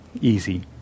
easy